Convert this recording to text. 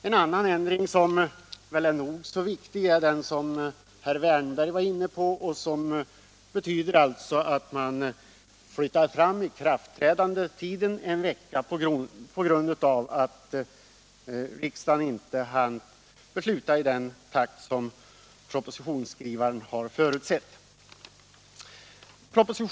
En annan ändring som är nog så viktig är den som herr Wärnberg var inne på och som betyder att man flyttar fram tidpunkten för ikraftträdandet en vecka — på grund av att riksdagen inte hann besluta i den takt som propositionsskrivaren har förutsatt.